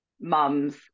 mums